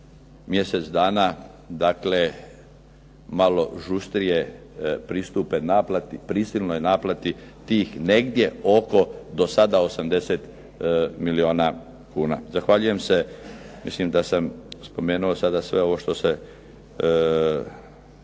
mjesec dana dakle malo žustrije pristupe naplati, prisilnoj naplati tih negdje oko, do sada 80 milijuna kuna. Zahvaljujem se. Mislim da sam spomenuo sada sve ovo što se